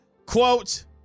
Quote